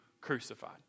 crucified